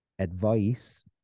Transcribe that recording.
Advice